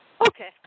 Okay